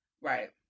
Right